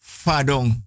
fadong